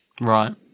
Right